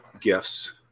gifts